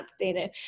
updated